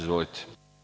Izvolite.